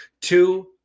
Two